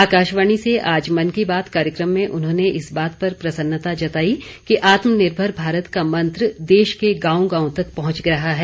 आकाशवाणी से आज मन की बात कार्यक्रम में उन्होंने इस बात पर प्रसन्नता जताई कि आत्मनिर्भर भारत का मंत्र देश के गांव गांव तक पहुंच रहा है